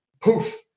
poof